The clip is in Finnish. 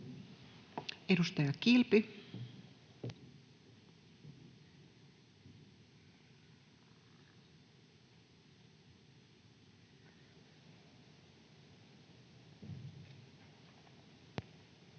Edustaja Kilpi. Arvoisa